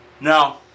No